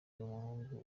umuhungu